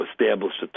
established